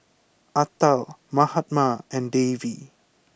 Atal Mahatma and Devi